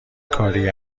کاری